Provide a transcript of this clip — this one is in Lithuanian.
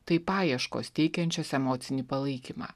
tai paieškos teikiančios emocinį palaikymą